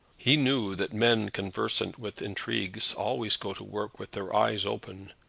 he knew that men conversant with intrigues always go to work with their eyes open,